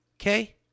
Okay